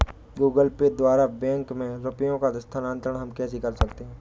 Google Pay द्वारा bank में रुपयों का स्थानांतरण हम कैसे कर सकते हैं?